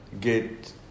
get